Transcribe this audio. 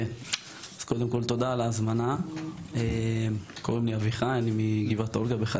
קוראים לי אביחי, אני מגבעת אולגה.